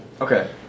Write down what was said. Okay